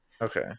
Okay